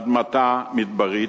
אדמתה מדברית,